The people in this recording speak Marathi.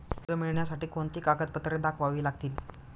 कर्ज मिळण्यासाठी कोणती कागदपत्रे दाखवावी लागतील?